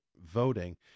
voting